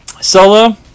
Solo